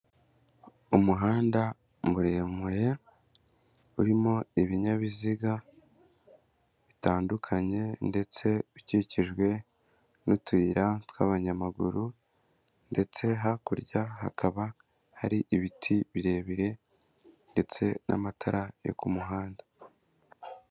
Umuhanda muremure urimo ibinyabiziga bitandukanye ndetse ukikijwe n'utuyira tw'abanyamaguru ndetse hakurya hakaba hari ibiti birebire ndetse n'amatara yo ku muhanda.